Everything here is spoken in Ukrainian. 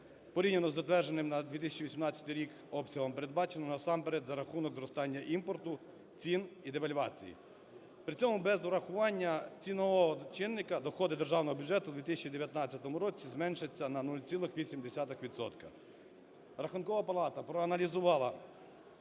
порівняно з затвердженим на 2018 рік обсягом передбачено насамперед за рахунок зростання імпорту, цін і девальвації. При цьому без врахування цінового чинника доходи Державного бюджету в 2019 році зменшаться на 0,8 відсотка. Рахункова палата проаналізувала